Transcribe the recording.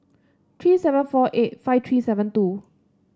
three seven four eight five three seven two